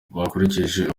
bakurikije